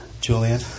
Julian